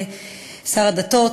שר הדתות,